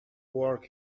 work